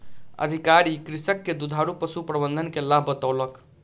अधिकारी कृषक के दुधारू पशु प्रबंधन के लाभ बतौलक